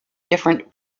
different